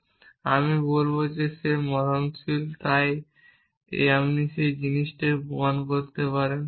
এবং আমি বলব সে মরণশীল তাই আমি সেই জিনিসটি প্রমাণ করতে পারি